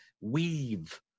weave